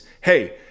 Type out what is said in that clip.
hey